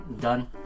done